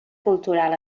cultural